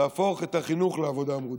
להפוך את החינוך לעבודה מועדפת.